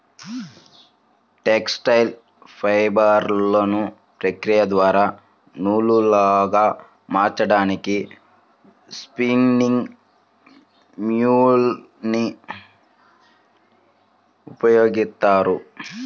textile ఫైబర్లను ప్రక్రియ ద్వారా నూలులాగా మార్చడానికి స్పిన్నింగ్ మ్యూల్ ని ఉపయోగిస్తారు